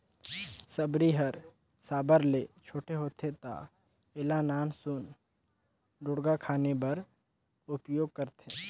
सबरी हर साबर ले छोटे होथे ता एला नान सुन ढोड़गा खने बर उपियोग करथे